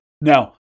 Now